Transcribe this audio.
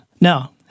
Now